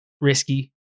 risky